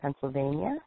Pennsylvania